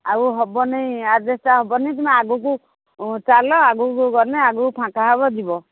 ଆଉ ହେବନି ଆଡଜେଷ୍ଟଟା ହେବନି ତୁମେ ଆଗକୁ ଚାଲ ଆଗକୁ ଗଲେ ଆଗକୁ ଫାଙ୍କା ହେବ ଯିବ